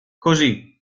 così